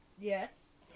Yes